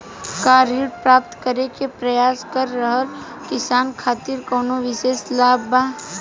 का ऋण प्राप्त करे के प्रयास कर रहल किसान खातिर कउनो विशेष लाभ बा?